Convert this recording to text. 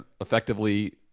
effectively